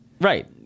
right